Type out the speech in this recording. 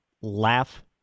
laugh